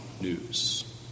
news